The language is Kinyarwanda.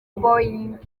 boeing